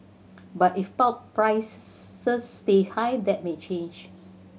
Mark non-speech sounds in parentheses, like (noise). but if pulp prices (unintelligible) stay high that may change